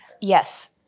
Yes